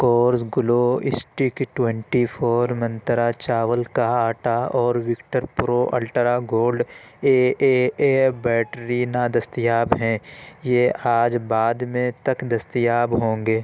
covers glue stick twenty four Mantra چاول کا آٹا اور Victor pro ultra gold A A A battery نا دستیاب ہیں یہ آج بعد میں تک دستیاب ہوں گے